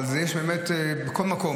אבל את זה באמת יש בכל מקום,